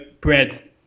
bread